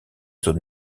zone